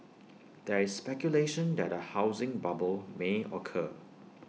there is speculation that A housing bubble may occur